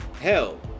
hell